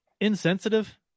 insensitive